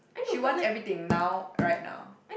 she wants everything now right now